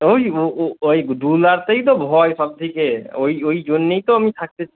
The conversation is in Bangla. ওই ওই দুলাতেই তো ভয় সবথেকে ওই ওই জন্যেই তো আমি থাকতে